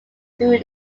through